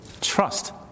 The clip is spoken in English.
trust